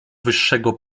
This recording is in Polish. wyższego